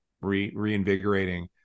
reinvigorating